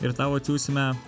ir tau atsiųsime